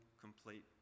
complete